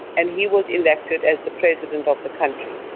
and he was elected as the president of the country.